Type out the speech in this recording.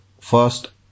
first